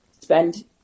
spend